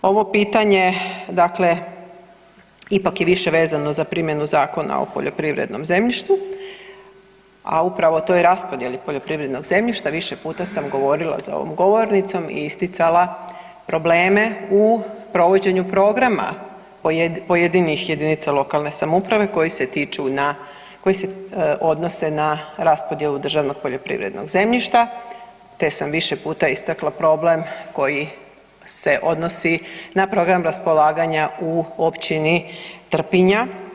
Ovo pitanje, dakle ipak je više vezano za primjenu Zakona o poljoprivrednom zemljištu, a upravo toj raspodjeli poljoprivrednog zemljišta više puta sam govorila za ovom govornicom i isticala problema u provođenju Programa pojedinih jedina lokalne samouprave koje se tiču, koje se odnose na raspodjelu državnog poljoprivrednog zemljišta, te sam više puta istakla problem koji se odnosi na program raspolaganja u općini Trpinja.